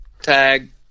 tag